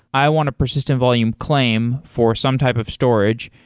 i want a persistent volume claim for some type of storage,